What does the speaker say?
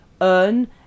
earn